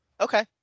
Okay